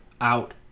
out